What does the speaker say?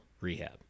rehab